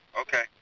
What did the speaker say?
okay